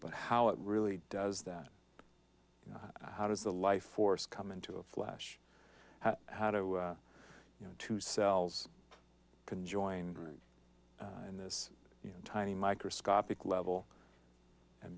but how it really does that how does the life force come into a flash how to you know two cells can join in this tiny microscopic level and